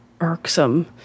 irksome